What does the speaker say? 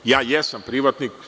Ja jesam privatnik.